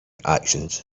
actions